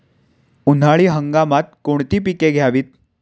उन्हाळी हंगामात कोणती पिके घ्यावीत?